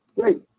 Great